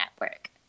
network